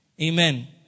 Amen